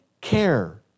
care